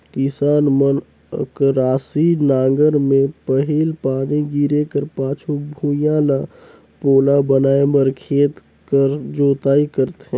किसान मन अकरासी नांगर मे पहिल पानी गिरे कर पाछू भुईया ल पोला बनाए बर खेत कर जोताई करथे